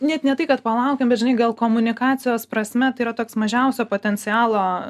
net ne tai kad palaukim bet žinai gal komunikacijos prasme tai yra toks mažiausio potencialo